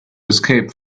escape